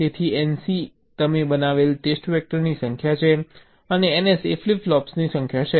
તેથી nc એ તમે બનાવેલ ટેસ્ટ વેક્ટરની સંખ્યા છે અને ns એ ફ્લિપ ફ્લોપ્સની સંખ્યા છે